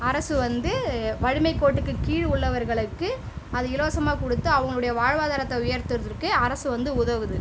அரசு வந்து வறுமைக் கோட்டுக்கு கீழ் உள்ளவர்களுக்கு அது இலவசமாக கொடுத்து அவங்களுடைய வாழ்வாதாரத்தை உயர்த்துவதற்கு அரசு வந்து உதவுது